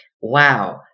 wow